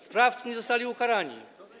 Sprawcy nie zostali ukarani.